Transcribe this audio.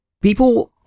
People